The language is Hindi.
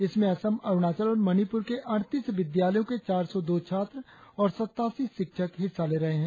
इसमें असम अरुणाचल और मणिपुर के अड़तीस विद्यालयों के चार सौ दो छात्र और सत्तासी शिक्षक हिस्सा ले रहे हैं